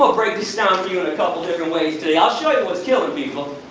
ah break this down for you in a couple different ways today, i'll show you what's killing people,